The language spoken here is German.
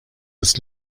das